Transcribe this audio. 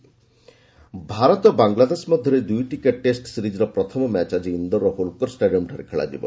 cricket Bharat Bangladesh ମଧ୍ୟରେ ଦୁଇଟିକିଆ test ସିରିଜ୍ର ପ୍ରଥମ ମ୍ୟାଚ୍ ଆଜି ଇନ୍ଦୋର ହୋଲକର ଷ୍ଟାଡିୟମ୍ଠାରେ ଖେଳାଯିବ